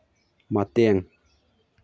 ꯃꯇꯦꯡ